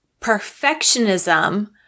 perfectionism